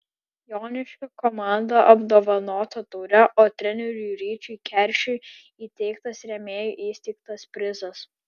joniškio komanda apdovanota taure o treneriui ryčiui keršiui įteiktas rėmėjų įsteigtas prizas